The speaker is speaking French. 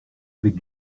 avec